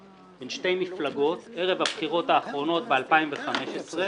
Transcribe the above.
מפלגות ערב הבחירות האחרונות ב-2015.